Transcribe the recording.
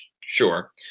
sure